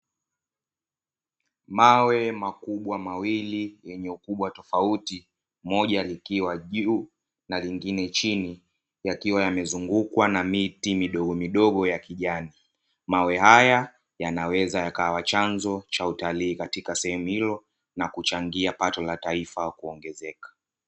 Mawe makubwa mawili yenye ukubwa tofauti, moja likiwa juu na lingine chini, yakiwa yamezungukwa na miti midogo midogo yakijani. Mawe haya yanaweza yakawa chanzo cha utalii katika sehemu hilo na kuchangia pato la taifa kuongezeka.